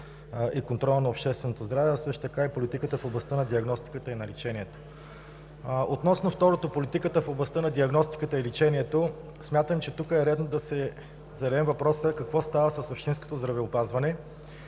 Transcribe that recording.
и контрола на общественото здраве“, а също така и в „Политиката в областта на диагностиката и на лечението“. Относно второто – „Политиката в областта на диагностиката и лечението“. Смятам, че тук е редно да си зададем въпроса: какво става с общинското здравеопазване